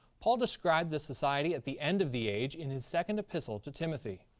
paul described the society at the end of the age in his second epistle to timothy.